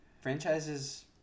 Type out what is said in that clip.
Franchises